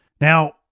Now